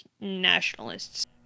nationalists